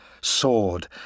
sword